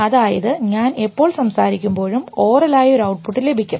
അതായത് ഞാൻ എപ്പോൾ സംസാരിക്കുമ്പോഴും ഓറൽ ആയി ഒരു ഔട്ട് ലഭിക്കും